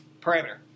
parameter